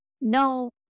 no